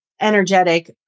energetic